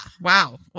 Wow